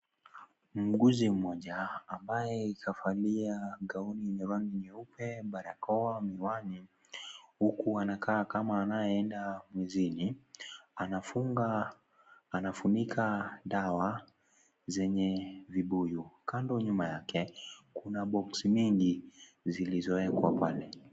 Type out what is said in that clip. Muuguzi mmoja ambaye kavalia gauni la rangi nyeupe, barakoa, miwani, huku anakaa kama anayeenda mwezini anafunga, anafunika dawa, zenye vibuyu. Kando nyuma yake kuna boksi mingi zilizowekwa pale.